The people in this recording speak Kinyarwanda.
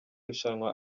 rushanwa